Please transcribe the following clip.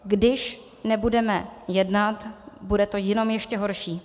Když nebudeme jednat, bude to jenom ještě horší.